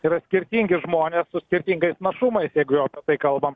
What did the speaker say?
yra skirtingi žmonės su skirtingais našumais jeigu jau tai kalbam